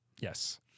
Yes